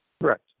Correct